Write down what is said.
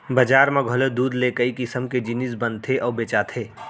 बजार म घलौ दूद ले कई किसम के जिनिस बनथे अउ बेचाथे